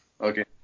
Okay